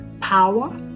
power